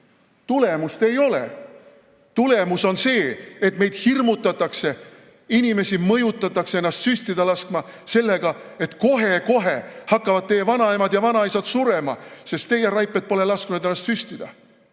Tulemust ei ole! Tulemus on see, et meid hirmutatakse, inimesi mõjutatakse ennast süstida laskma sellega, et kohe-kohe hakkavad teie vanaemad ja vanaisad surema, sest teie, raiped, pole lasknud ennast süstida.